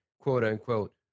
quote-unquote